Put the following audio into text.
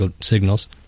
signals